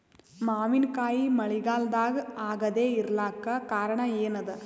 ಮಾವಿನಕಾಯಿ ಮಳಿಗಾಲದಾಗ ಆಗದೆ ಇರಲಾಕ ಕಾರಣ ಏನದ?